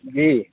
جی